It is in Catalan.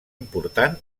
important